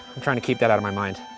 i'm trying to keep that out of my mind.